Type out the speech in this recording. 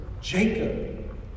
Jacob